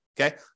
okay